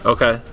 Okay